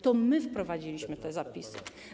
To my wprowadziliśmy te zapisy.